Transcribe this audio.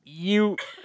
you